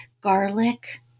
garlic